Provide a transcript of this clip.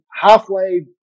halfway